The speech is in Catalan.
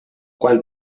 quan